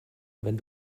wenn